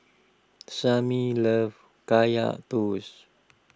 Sammy loves Kaya Toast